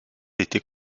était